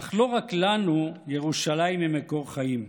אך לא רק לנו ירושלים היא מקור חיים.